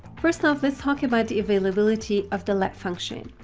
first off, let's talk about availability of the let function.